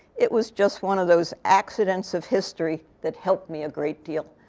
it was just one of those accidents of history that helped me a great deal.